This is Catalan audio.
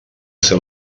ser